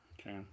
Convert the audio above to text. Okay